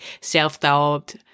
self-doubt